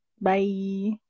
Bye